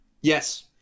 Yes